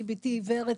כי בתי עיוורת,